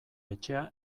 etxea